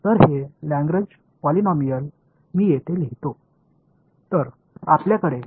எனவே இந்த லாக்ரேஞ்ச் பாலினாமியல்களை நான் இங்கே எழுதுவேன்